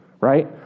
right